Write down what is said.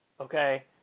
okay